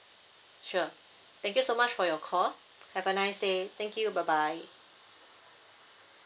sure thank you so much for your call have a nice day thank you bye bye